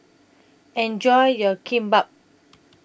Enjoy your Kimbap